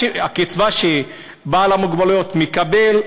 הקצבה שבעל מוגבלות מקבל,